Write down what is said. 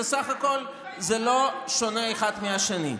ובסך הכול זה לא שונה אחד מהשני.